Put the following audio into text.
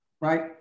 Right